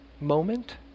moment